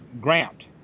Grant